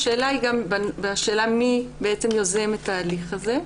השאלה היא מי יוזם את ההליך הזה.